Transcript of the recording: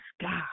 God